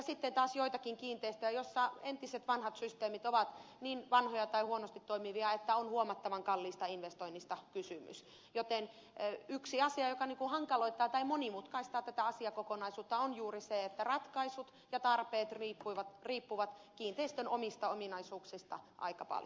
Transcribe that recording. sitten taas on joitakin kiinteistöjä joissa entiset vanhat systeemit ovat niin vanhoja tai huonosti toimivia että on huomattavan kalliista investoinnista kysymys joten yksi asia joka ikään kuin hankaloittaa tai monimutkaistaa tätä asiakokonaisuutta on juuri se että ratkaisut ja tarpeet riippuvat kiinteistön omista ominaisuuksista aika paljon